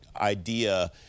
idea